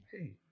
Hey